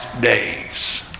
days